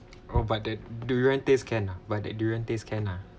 oh but the durian tastes can ah but the durian tastes can lah